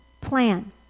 plan